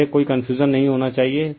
तो यह कोई कंफ्यूजन नहीं होना चाहिए